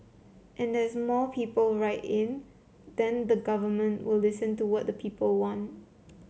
and as more people write in then the government will listen to what people want